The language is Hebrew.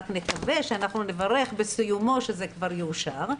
אבל רק נקווה שנברך בסיומו כשזה כבר יאושר.